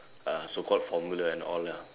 uh so called formula and all ya